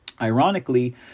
Ironically